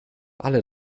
alle